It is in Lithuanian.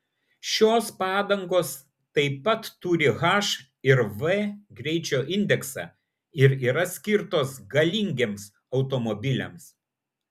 šios padangos taip pat turi h ir v greičio indeksą ir yra skirtos galingiems automobiliams